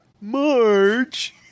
March